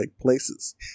places